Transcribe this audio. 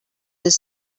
this